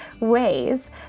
ways